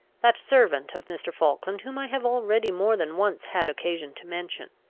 that servant of mr. falkland whom i have already more than once had occasion to mention.